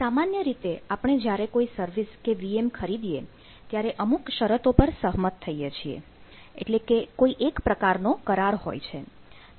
સામાન્ય રીતે આપણે જ્યારે કોઈ સર્વિસ કે વર્ચુઅલ મશીન ખરીદીએ ત્યારે અમુક શરતો પર સહમત થઈએ છીએ એટલે કે કોઈ એક પ્રકારનો કરાર હોય છે